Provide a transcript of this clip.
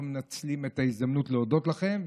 אנחנו מנצלים את ההזדמנות להודות לכם.